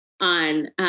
on